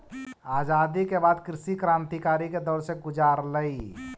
आज़ादी के बाद कृषि क्रन्तिकारी के दौर से गुज़ारलई